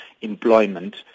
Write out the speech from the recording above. employment